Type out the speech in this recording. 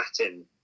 Latin